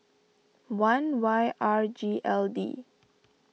one Y R G L D